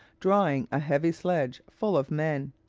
drawing a heavy sledge full of men.